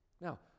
Now